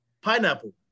pineapple